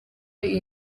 iyi